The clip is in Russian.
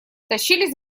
тащились